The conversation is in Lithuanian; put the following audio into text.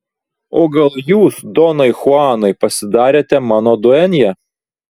o gal jūs donai chuanai pasidarėte mano duenja